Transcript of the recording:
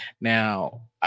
Now